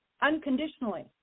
unconditionally